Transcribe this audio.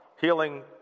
healing